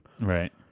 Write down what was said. Right